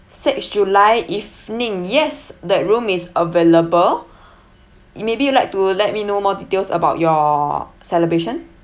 six july evening yes that room is available maybe you'd like to let me know more details about your celebration